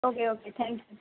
okay okay thank you